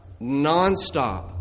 nonstop